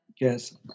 Yes